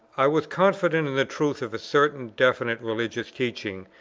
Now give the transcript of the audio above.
i was confident in the truth of a certain definite religious teaching,